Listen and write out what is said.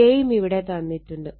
K യും ഇവിടെ തന്നിട്ടുണ്ട്